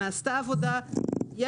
יש